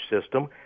system